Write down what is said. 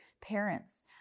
parents